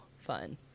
fun